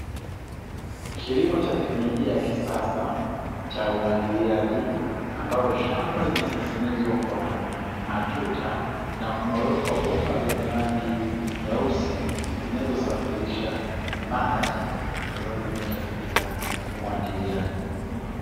Kilimo cha teknolojia ya kisasa cha umwagiliaji, ambalo shamba limetengenezwa kwa matuta na kumewekwa bomba zenye rangi nyeusi, zinazosafirisha maji na zinazotumika katika umwagiliaji.